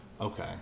Okay